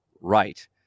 right